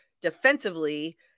defensively